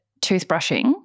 toothbrushing